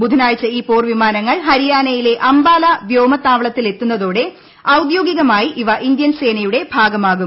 ബുധനാഴ്ച ഈ പോർവിമാനങ്ങൾ ഹരിയാനയിലെ അംബാല വ്യോല താവളത്തിലെത്തുന്നതോടെ ഔദ്യോഗികമായി ഇവ ഇന്ത്യൻ സേനയുടെ ഭാഗമാകും